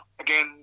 again